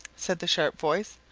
said this sharp voice.